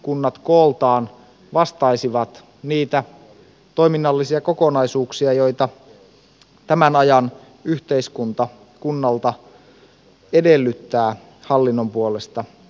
kunnat kooltaan vastaisivat niitä toiminnallisia kokonaisuuksia joita tämän ajan yhteiskunta kunnalta edellyttää hallinnon puolesta